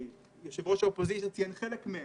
יושב-ראש האופוזיציה ציין חלק מהן.